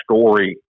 story